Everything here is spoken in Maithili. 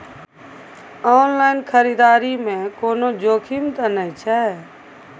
ऑनलाइन खरीददारी में कोनो जोखिम त नय छै?